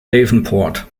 davenport